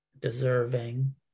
deserving